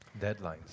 Deadlines